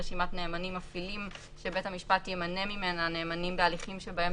רשימת נאמנים מפעילים שבית המשפט ימנה ממנה נאמנים בהליכים שבהם